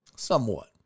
Somewhat